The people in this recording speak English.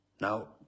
Now